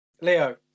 Leo